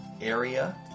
area